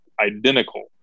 identical